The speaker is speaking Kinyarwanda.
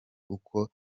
uko